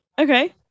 okay